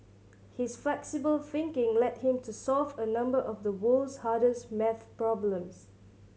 his flexible thinking led him to solve a number of the world's hardest maths problems